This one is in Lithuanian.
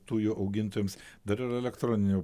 tujų augintojams dar yra elektroniniu